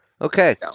Okay